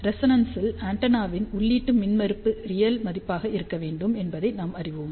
ரெசொனன்ஸில் ஆண்டெனாவின் உள்ளீட்டு மின்மறுப்பு ரியல் மதிப்பாக இருக்க வேண்டும் என்பதை நாம் அறிவோம்